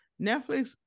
Netflix